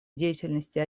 деятельности